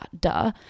duh